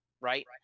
Right